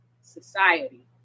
society